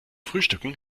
frühstücken